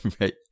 Right